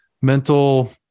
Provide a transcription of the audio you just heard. mental